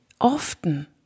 Often